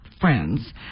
friends